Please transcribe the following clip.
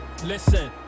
Listen